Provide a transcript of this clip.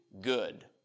Good